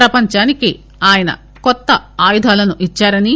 ప్రపంచానికి ఆయన కొత్త ఆయుధాలను ఇచ్చారని